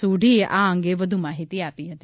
સોઢીએ આ અંગે વ્ધ્ માહિતી આપી હતી